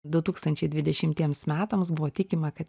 du tūkstančiai dvidešimtiems metams buvo tikima kad